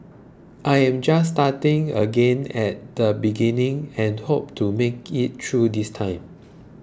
I am just starting again at the beginning and hope to make it through this time